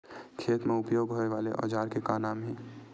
खेत मा उपयोग होए वाले औजार के का नाम हे?